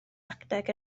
adeg